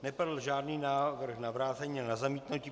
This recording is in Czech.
Nepadl žádný návrh na vrácení a zamítnutí.